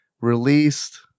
released